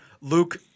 Luke